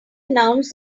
announce